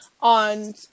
on